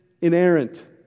inerrant